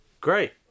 great